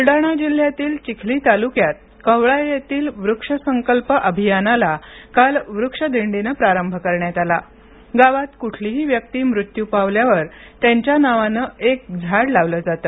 बुलडाणा जिल्ह्यातील चिखली तालुक्यात कव्हळा येथील वृक्ष संकल्प अभियानाला कालवृक्षदिंडीनं प्रारंभ करण्यात आला गावात कुठलीही व्यक्ती मृत्यू पावल्या त्यांच्या नावाने एक झाड लावले जातं